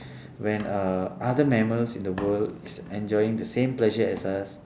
when uh other mammals in the world is enjoying the same pleasures as us